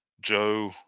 Joe